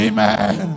Amen